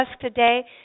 today